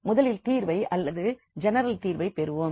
முதலில் தீர்வை அதாவது ஜெனரல் தீர்வை பெறுவோம்